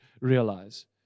realize